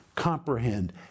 comprehend